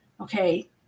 okay